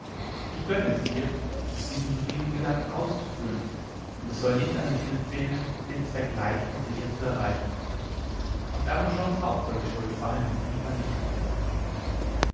ich gönne es dir diesen sublimen gedanken auszuführen und es soll nicht an mitteln fehlen den zweck leicht und sicher zu erreichen auf hermogens haupt soll die schuld fallen und ihn vernichten